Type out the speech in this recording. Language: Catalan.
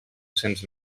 cents